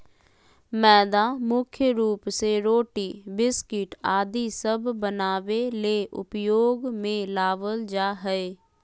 मैदा मुख्य रूप से रोटी, बिस्किट आदि सब बनावे ले उपयोग मे लावल जा हय